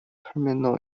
terminal